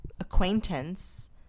acquaintance